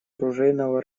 оружейного